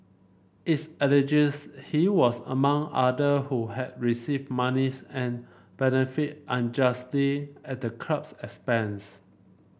it's alleges he was among other who had received monies and benefited unjustly at the club's expense